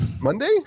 monday